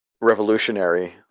revolutionary